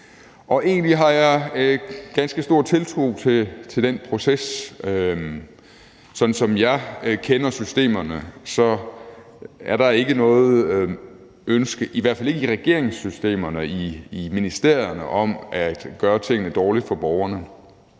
har egentlig ganske stor tiltro til den proces. Sådan som jeg kender systemerne, er der ikke noget ønske – i hvert fald ikke regeringssystemerne og i ministerierne – om at gøre tingene dårligt for borgerne.